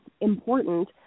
important